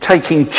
Taking